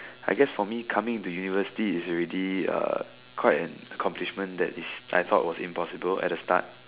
I guess for me coming to university is already uh quite an accomplishment that is I thought was impossible at the start